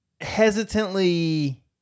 hesitantly